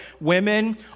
Women